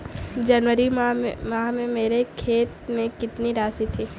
जनवरी माह में मेरे खाते में कितनी राशि थी?